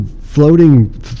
floating